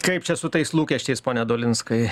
kaip čia su tais lūkesčiais pone dolinskai